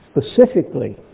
specifically